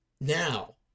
Now